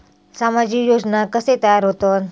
सामाजिक योजना कसे तयार होतत?